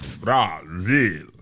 Brazil